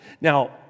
Now